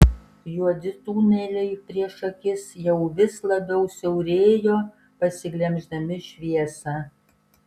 juodi tuneliai prieš akis jau vis labiau siaurėjo pasiglemždami šviesą